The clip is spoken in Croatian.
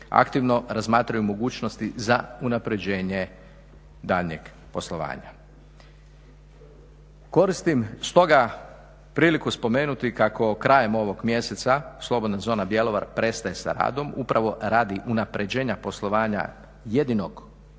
aktivno razmatraju mogućnosti za unapređenje daljnjeg poslovanja. Koristim stoga priliku spomenuti kako krajem ovog mjeseca slobodna zona Bjelovar prestaje sa radom upravo radi unapređenja poslovanja jedinog korisnika